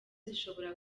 zishobora